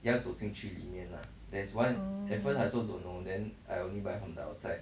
oh